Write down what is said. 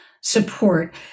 support